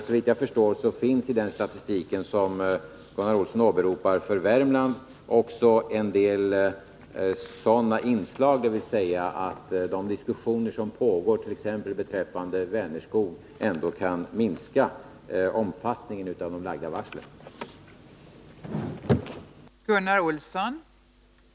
Såvitt jag förstår finns i den statistik som Gunnar Olsson åberopar för Värmland också en del sådana inslag, dvs. att de diskussioner som pågår exempelvis beträffande Vänerskog ändå kan minska omfattningen av arbetslösheten i förhållande till de lagda varslen.